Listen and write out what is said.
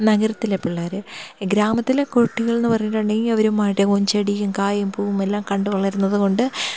നഗരത്തിലെ പിള്ളേർ ഗ്രാമത്തിലെ കുട്ടികളെന്ന് പറഞ്ഞിട്ടുണ്ടെങ്കിൽ അവർ മരവും ചെടിയും കായും പൂവുമെല്ലാം കണ്ടു വളരുന്നത് കൊണ്ട്